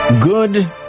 Good